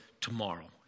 tomorrow